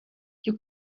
you